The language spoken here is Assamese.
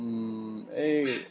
এই